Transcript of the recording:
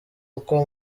uko